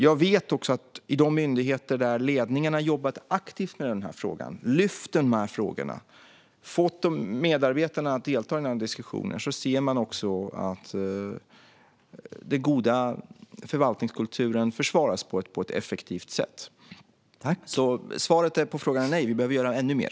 Jag vet att man i de myndigheter där ledningarna lyft dessa frågor, jobbat aktivt med dem och fått medarbetarna att delta i diskussionerna ser att den goda förvaltningskulturen försvaras på ett effektivt sätt. Svaret på frågan, herr talman, är alltså: Nej, vi behöver göra ännu mer.